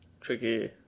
Tricky